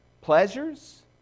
pleasures